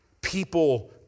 People